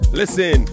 listen